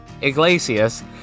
Iglesias